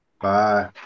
Bye